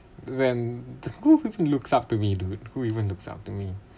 when who going to look up to me dude who even look up to me